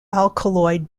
alkaloid